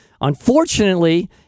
Unfortunately